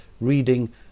reading